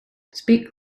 speak